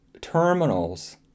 terminals